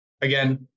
Again